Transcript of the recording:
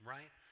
Right